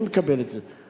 אני מקבל את זה.